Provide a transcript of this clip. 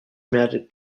magic